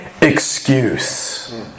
excuse